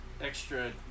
extra